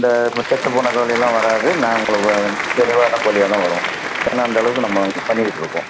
இந்த இப்போ செத்துப் போன கோழில்லாம் வராது நான் உங்களுக்கு தெளிவான கோழியா தான் வரும் ஏன்னா அந்தளவுக்கு நம்ம இங்கே பண்ணிக்கிட்ருக்கோம்